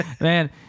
Man